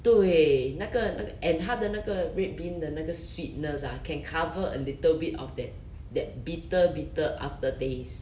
对那个 and 它的那个 red bean 的那个 sweetness ah can cover a little bit of that that bitter bitter aftertaste